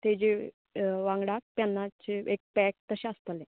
तेजे वांगडा पॅनाचे एक पॅक तशें आसतलें